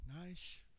nice